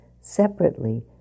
separately